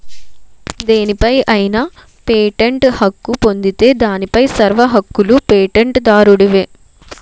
దేనిపై అయినా పేటెంట్ హక్కు పొందితే దానిపై సర్వ హక్కులూ పేటెంట్ దారుడివే